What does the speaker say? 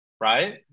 right